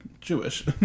Jewish